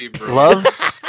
Love